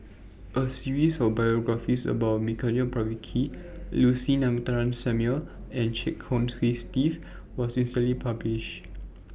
A series of biographies about Milenko Prvacki Lucy Ratnammah Samuel and Chia Kiah Hong Steve was recently published